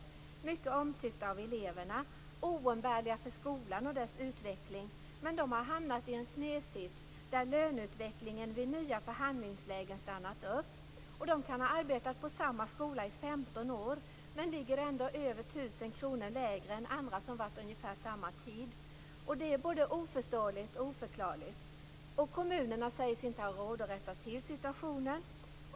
De är mycket omtyckta av eleverna och oumbärliga för skolan och dess utveckling. Men de har hamnat i en sned sits där löneutvecklingen vid nya förhandlingslägen har stannat upp. De kan ha arbetat på samma skola i 15 år men ligger ändå över 1 000 kr lägre än andra som har varit där ungefär samma tid. Det är både oförståeligt och oförklarligt. Kommunerna säger sig inte ha råd att rätta till situationen.